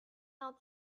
out